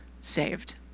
saved